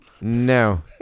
No